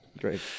Great